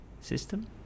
system